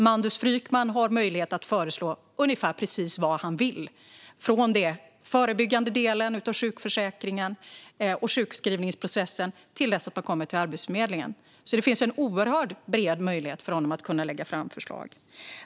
Mandus Frykman har möjlighet att föreslå nästan vad han vill, från den förebyggande delen av sjukförsäkringen och till dess att människor kommer till Arbetsförmedlingen. Det finns alltså en oerhört bred möjlighet för honom att lägga fram förslag.